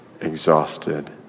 Exhausted